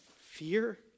fear